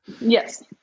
Yes